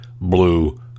blue